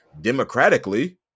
democratically